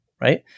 Right